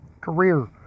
career